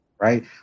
right